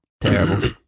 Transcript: Terrible